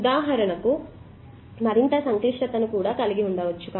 ఉదాహరణకు మరింత సంక్లిష్టతను కూడా కలిగి ఉండవచ్చు